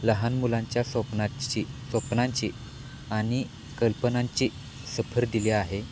लहान मुलांच्या स्वप्नाची स्वप्नांची आणि कल्पनांची सफर दिली आहे